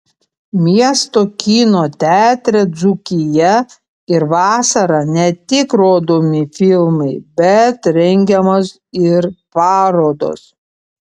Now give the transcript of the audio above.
miesto kino teatre dzūkija ir vasarą ne tik rodomi filmai bet rengiamos ir parodos